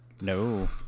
No